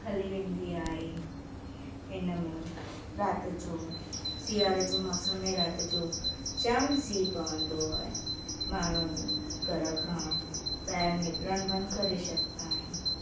हली वेंदी आहे इन में राति जो सीआरे जे मौसम में राति जो जाम सीअ पवंदो आहे माण्हू घर खां ॿाहिरि निकिरणु बंदि करे छॾंदा आहिनि